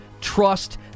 trust